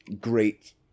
great